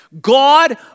God